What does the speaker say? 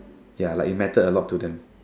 ya like it mattered a lot to them